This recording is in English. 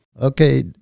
Okay